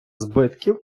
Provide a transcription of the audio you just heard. збитків